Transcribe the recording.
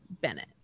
Bennett